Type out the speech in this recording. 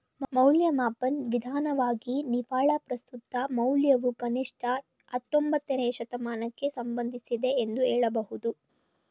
ಮೌಲ್ಯಮಾಪನ ವಿಧಾನವಾಗಿ ನಿವ್ವಳ ಪ್ರಸ್ತುತ ಮೌಲ್ಯವು ಕನಿಷ್ಠ ಹತ್ತೊಂಬತ್ತನೇ ಶತಮಾನದಕ್ಕೆ ಸಂಬಂಧಿಸಿದೆ ಎಂದು ಹೇಳಬಹುದು